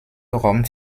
rome